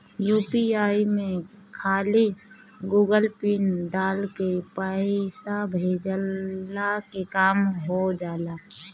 UPI में खाली Google PIN डाल के पईसा भेजला के काम हो होजा